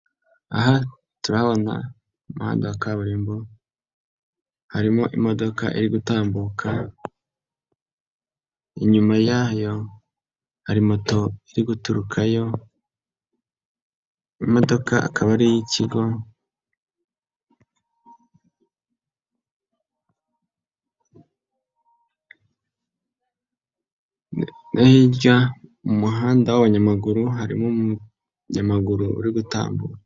Aha turahabona umuhada kaburimbo, harimo imodoka iri gutambuka, inyuma hari moto iriguturukayo, imodoka ikaba ari iy'ikigo, hirya mu muhanda wa maguru harimo umunyamaguru uri gutambuka.